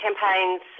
campaigns